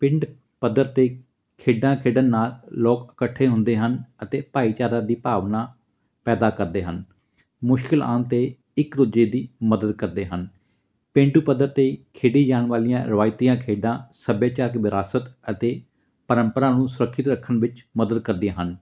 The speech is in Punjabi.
ਪਿੰਡ ਪੱਧਰ 'ਤੇ ਖੇਡਾਂ ਖੇਡਣ ਨਾਲ ਲੋਕ ਇਕੱਠੇ ਹੁੰਦੇ ਹਨ ਅਤੇ ਭਾਈਚਾਰਾ ਦੀ ਭਾਵਨਾ ਪੈਦਾ ਕਰਦੇ ਹਨ ਮੁਸ਼ਕਿਲ ਆਉਣ 'ਤੇ ਇੱਕ ਦੂਜੇ ਦੀ ਮਦਦ ਕਰਦੇ ਹਨ ਪੇਂਡੂ ਪੱਧਰ 'ਤੇ ਖੇਡੀ ਜਾਣ ਵਾਲੀਆਂ ਰਵਾਇਤੀਆਂ ਖੇਡਾਂ ਸੱਭਿਆਚਾਰਕ ਵਿਰਾਸਤ ਅਤੇ ਪ੍ਰੰਪਰਾ ਨੂੰ ਸੁਰੱਖਿਅਤ ਰੱਖਣ ਵਿੱਚ ਮਦਦ ਕਰਦੀਆਂ ਹਨ